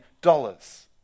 dollars